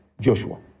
Joshua